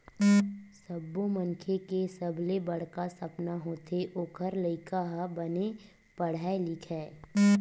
सब्बो मनखे के सबले बड़का सपना होथे ओखर लइका ह बने पड़हय लिखय